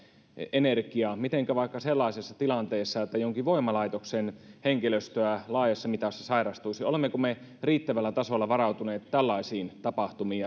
energiaa mitenkä toimimme vaikka sellaisessa tilanteessa että jonkin voimalaitoksen henkilöstöä laajassa mitassa sairastuisi olemmeko me riittävällä tasolla varautuneet tällaisiin tapahtumiin